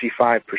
55%